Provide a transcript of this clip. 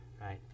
right